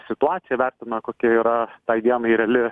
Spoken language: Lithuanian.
situaciją įvertina kokia yra tai dienai reali